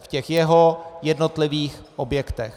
V těch jeho jednotlivých objektech.